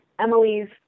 Emily's